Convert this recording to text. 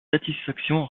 satisfaction